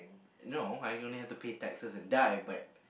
no I only have to pay taxes and die but